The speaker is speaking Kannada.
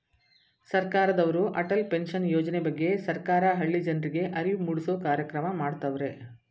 ಸರ್ಕಾರದವ್ರು ಅಟಲ್ ಪೆನ್ಷನ್ ಯೋಜನೆ ಬಗ್ಗೆ ಸರ್ಕಾರ ಹಳ್ಳಿ ಜನರ್ರಿಗೆ ಅರಿವು ಮೂಡಿಸೂ ಕಾರ್ಯಕ್ರಮ ಮಾಡತವ್ರೆ